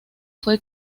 fue